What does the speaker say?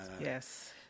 Yes